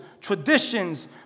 traditions